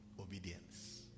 Obedience